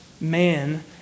man